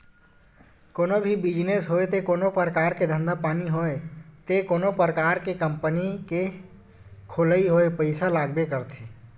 कोनो भी बिजनेस होय ते कोनो परकार के धंधा पानी होय ते कोनो परकार के कंपनी के खोलई होय पइसा लागबे करथे